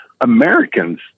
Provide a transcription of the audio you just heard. Americans